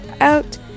out